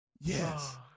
Yes